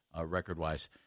record-wise